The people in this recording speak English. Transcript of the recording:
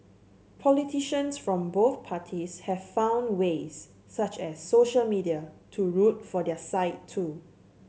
politicians from both parties have found ways such as social media to root for their side too